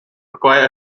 require